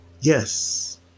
Yes